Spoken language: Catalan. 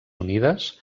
unides